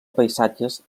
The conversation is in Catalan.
paisatges